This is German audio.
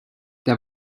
der